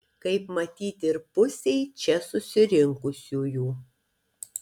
kaip matyt ir pusei čia susirinkusiųjų